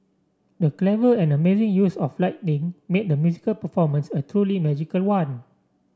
the clever and amazing use of lighting made the musical performance a truly magical one